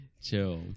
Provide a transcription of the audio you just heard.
Chill